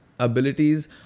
abilities